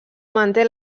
manté